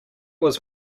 was